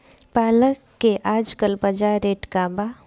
पालक के आजकल बजार रेट का बा?